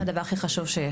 הדבר הכי חשוב שיש.